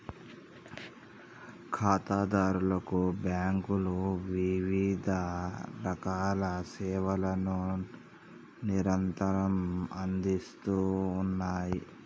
ఖాతాదారులకు బ్యాంకులు వివిధరకాల సేవలను నిరంతరం అందిస్తూ ఉన్నాయి